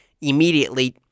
immediately